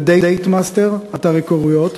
ל"דייט מאסטר" אתר הכרויות,